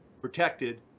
protected